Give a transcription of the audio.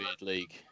league